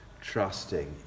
trusting